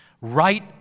right